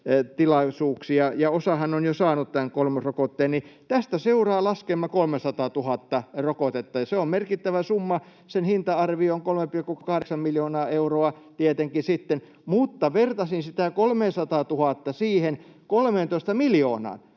virkasuhteessa, ja osahan on jo saanut kolmosrokotteen. Tästä seuraa laskelma 300 000 rokotetta. Se on merkittävä summa, ja sen hinta-arvio on 3,8 miljoonaa euroa tietenkin sitten. Mutta vertasin sitä 300 000:ta siihen 13 miljoonaan: